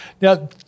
Now